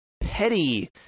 petty